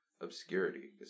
obscurity